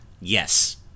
yes